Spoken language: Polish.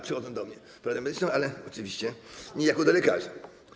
Przychodzą do mnie po poradę medyczną, ale oczywiście nie jako do lekarza.